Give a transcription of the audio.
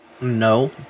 No